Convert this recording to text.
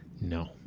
No